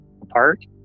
apart